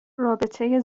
رابطه